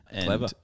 Clever